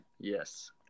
Yes